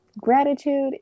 gratitude